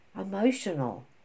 emotional